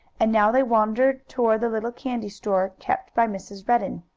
and now they wandered toward the little candy store kept by mrs. redden.